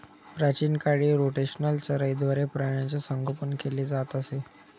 प्राचीन काळी रोटेशनल चराईद्वारे प्राण्यांचे संगोपन केले जात असे